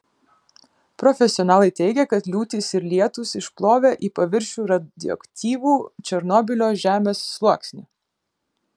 profesionalai teigia kad liūtys ir lietūs išplovė į paviršių radioaktyvų černobylio žemės sluoksnį